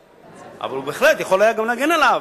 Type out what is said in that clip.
אבל הוא בהחלט היה יכול גם להגן עליו.